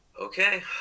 okay